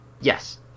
Yes